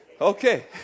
Okay